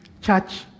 Church